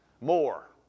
more